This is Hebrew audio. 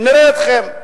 נראה אתכם.